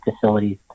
facilities